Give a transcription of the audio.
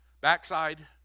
backside